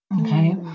Okay